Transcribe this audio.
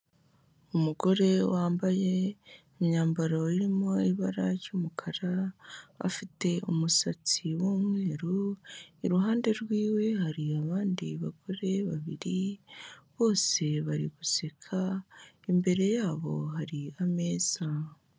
Umugore wambaye imyambaro irimo ibara ry'umukara, afite umusatsi w'umweru, iruhande rwiwe hari abandi bagore babiri, bose bari guseka, imbere yabo hari ameza.